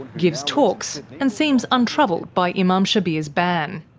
gives talks, and seems untroubled by imam shabir's ban.